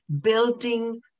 building